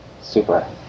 super